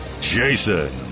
Jason